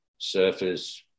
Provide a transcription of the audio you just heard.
surfers